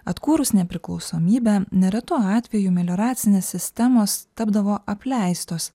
atkūrus nepriklausomybę neretu atveju melioracinės sistemos tapdavo apleistos